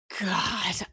God